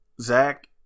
Zach